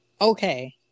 Okay